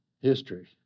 history